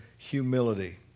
humility